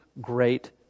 great